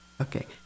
Okay